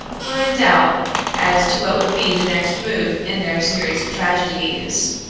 were in doubt as to what would be the next move in their series of tragedies.